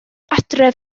adref